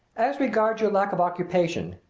as regards your lack of occupation,